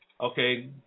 okay